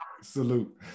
Salute